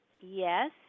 yes